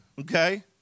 okay